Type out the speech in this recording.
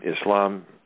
Islam